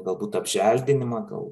galbūt apželdinimą gal